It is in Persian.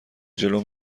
جلو